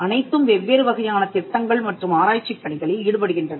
அனைத்தும் வெவ்வேறு வகையான திட்டங்கள் மற்றும் ஆராய்ச்சிப் பணிகளில் ஈடுபடுகின்றனர்